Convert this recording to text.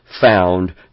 found